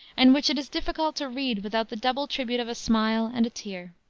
and which it is difficult to read without the double tribute of a smile and a tear.